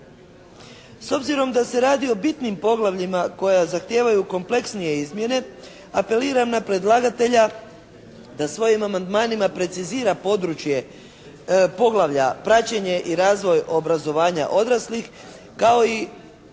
S obzirom da se radi o bitnim poglavljima koja zahtijevaju kompleksnije izmjene apeliram na predlagatelja da svojim amandmanima precizira područje poglavlja "Praćenje i razvoj obrazovanja odraslih" kao i